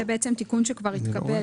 זה תיקון שכבר התקבל,